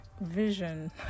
vision